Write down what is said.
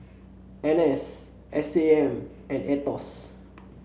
N S S A M and Aetos